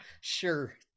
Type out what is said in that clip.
sure